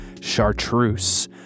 Chartreuse